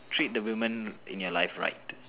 treat the women in your life right